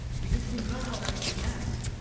because you know how everything ends.